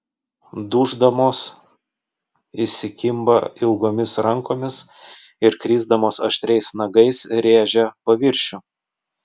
duždamos įsikimba ilgomis rankomis ir krisdamos aštriais nagais rėžia paviršių